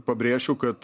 pabrėšiu kad